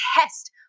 test